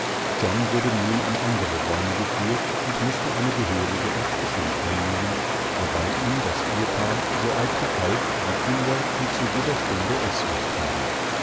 john wurde nun in andere räume geführt und mußte eine gehörige erfrischung einnehmen wobei ihm das ehepaar so eifrig half wie kinder die zu jeder stunde eßlust haben